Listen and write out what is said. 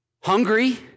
hungry